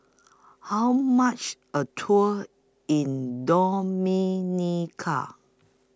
How much A Tour in Dominica